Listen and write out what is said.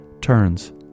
turns